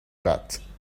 pâtes